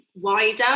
wider